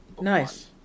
Nice